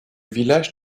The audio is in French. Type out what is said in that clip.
village